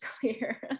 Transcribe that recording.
clear